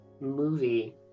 movie